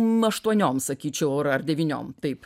aštuoniom sakyčiau ar ar devyniom taip